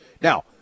Now